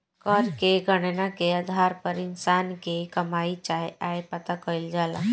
कर के गणना के आधार पर इंसान के कमाई चाहे आय पता कईल जाला